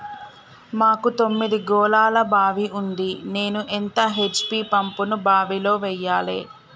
మాకు తొమ్మిది గోళాల బావి ఉంది నేను ఎంత హెచ్.పి పంపును బావిలో వెయ్యాలే?